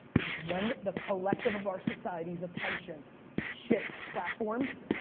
because when the collective of our society's attention shifts platforms,